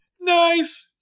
Nice